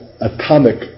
atomic